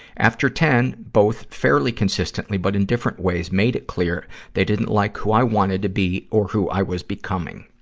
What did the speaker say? after ten, both fairly consistently but in different ways, made it clear they did like who i wanted to be or who i was becoming.